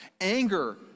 Anger